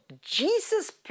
Jesus